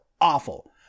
Awful